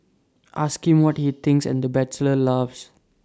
ask him what he thinks and the bachelor laughs